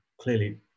Clearly